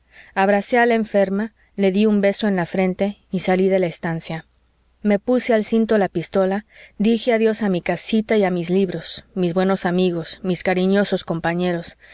abracé a la enferma le dí un beso en la frente y salí de la estancia me puse al cinto la pistola dije adiós a mi casita y a mis libros mis buenos amigos mis cariñosos compañeros